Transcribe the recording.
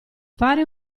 fare